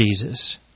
Jesus